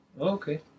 Okay